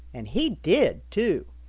and he did, too.